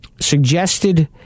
suggested